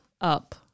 up